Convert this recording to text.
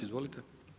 Izvolite.